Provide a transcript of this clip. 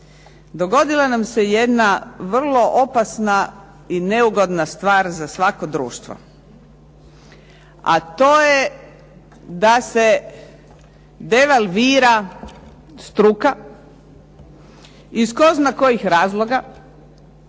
Dogodila nam se jedna vrlo opasna i neugodna stvar za svako društvo, a to je da se devalvira struka iz tko zna kojih razloga